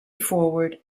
forward